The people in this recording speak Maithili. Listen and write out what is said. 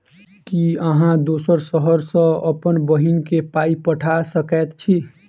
की अहाँ दोसर शहर सँ अप्पन बहिन केँ पाई पठा सकैत छी?